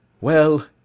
Well